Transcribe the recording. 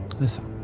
Listen